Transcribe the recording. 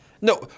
No